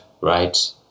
right